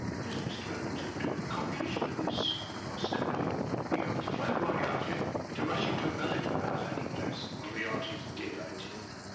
what does mr. holmes hope to accomplish by this masquerade? he hopes to frighten moriarity into rushing tobel into another hiding place. moriarity's dead, i tell you.